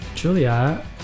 Julia